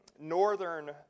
northern